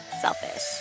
selfish